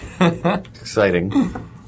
Exciting